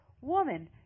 Woman